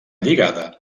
lligada